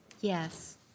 Yes